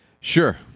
sure